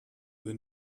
wenn